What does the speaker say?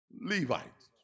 Levites